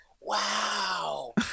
wow